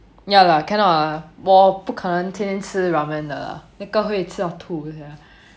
ya lah cannot ah 我不肯能天天吃 ramen 的 lah 那个会吃到吐 sia